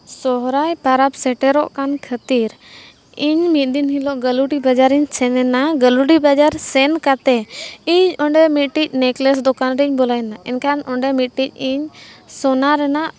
ᱥᱚᱦᱚᱨᱟᱭ ᱯᱚᱨᱚᱵᱽ ᱥᱮᱴᱮᱨᱚᱜ ᱠᱟᱱ ᱠᱷᱟᱹᱛᱤᱨ ᱤᱧ ᱢᱤᱫ ᱫᱤᱱ ᱦᱤᱞᱳᱜ ᱜᱟᱹᱞᱩᱰᱤ ᱵᱟᱡᱟᱨᱤᱧ ᱥᱮᱱ ᱞᱮᱱᱟ ᱜᱟᱹᱞᱩᱰᱤ ᱵᱟᱡᱟᱨ ᱥᱮᱱ ᱠᱟᱛᱮᱫ ᱤᱧ ᱚᱸᱰᱮ ᱢᱤᱫᱴᱤᱡ ᱱᱮᱠᱞᱮᱥ ᱫᱚᱠᱟᱱ ᱨᱤᱧ ᱵᱚᱞᱚᱭᱮᱱᱟ ᱮᱱᱠᱷᱟᱱ ᱚᱸᱰᱮ ᱢᱤᱫᱴᱤᱡ ᱤᱧ ᱥᱚᱱᱟ ᱨᱮᱱᱟᱜ